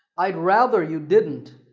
i'd rather you didn't.